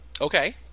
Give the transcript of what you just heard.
okay